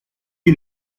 est